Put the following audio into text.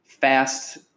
fast